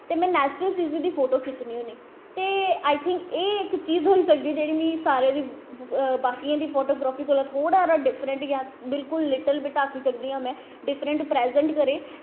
ते में नैचुर्ल चीजें दी फोटो खिच्चनी होन्नी ते आई थिंक एह् चीज़ सारें दी होई सकदी सारें दी बाकियें दी फोटोग्राफी कोला दा थोह्ड़ा हारा डिफ्रैंट बिल्कुल लिटलबिट्ट आक्खी सकदी आं में डिफ्रैंट प्राजैंट करै